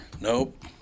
Nope